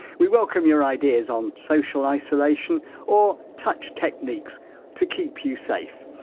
we welcome your ideas on social isolation or touch techniques to keep you safe.